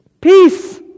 Peace